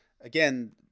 again